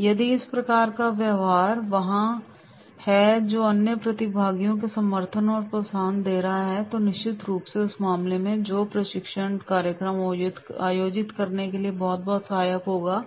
यदि इस प्रकार का व्यवहार वहाँ है जो अन्य प्रतिभागियों को समर्थन और प्रोत्साहन दे रहा है तो निश्चित रूप से उस मामले में जो प्रशिक्षण कार्यक्रम आयोजित करने के लिए बहुत बहुत सहायक होगा